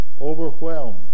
overwhelming